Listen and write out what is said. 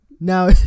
now